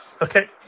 Okay